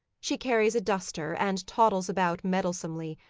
she carries a duster and toddles about meddlesomely,